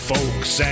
folks